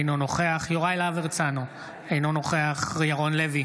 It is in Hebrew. אינו נוכח יוראי להב הרצנו, אינו נוכח ירון לוי,